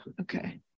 Okay